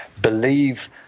believe